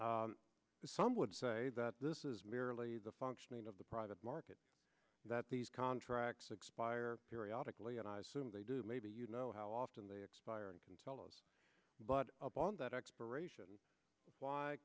some would say that this is merely the functioning of the private market that these contracts expire periodically and i assume they do maybe you know how often they expire and can tell us but upon that expiration